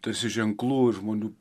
tarsi ženklų ir žmonių